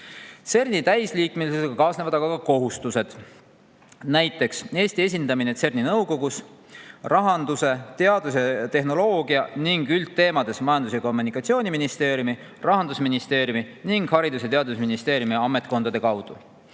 CERN‑i täisliikmelisusega kaasnevad aga ka kohustused, näiteks Eesti esindamine CERN‑i nõukogus rahandus‑, teadus‑, tehnoloogia‑ ning üldteemades Majandus‑ ja Kommunikatsiooniministeeriumi, Rahandusministeeriumi ning Haridus‑ ja Teadusministeeriumi ametkondade kaudu.